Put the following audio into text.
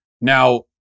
Now